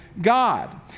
God